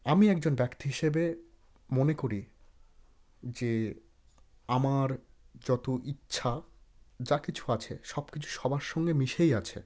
আমি একজন ব্যক্তি হিসেবে মনে করি যে আমার যত ইচ্ছা যা কিছু আছে সব কিছু সবার সঙ্গে মিশেই আছে